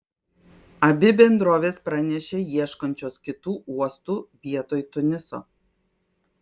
abi bendrovės pranešė ieškančios kitų uostų vietoj tuniso